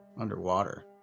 underwater